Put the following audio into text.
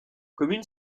commune